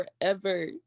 forever